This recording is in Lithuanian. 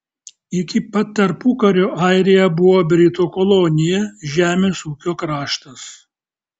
iki pat tarpukario airija buvo britų kolonija žemės ūkio kraštas